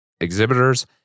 exhibitors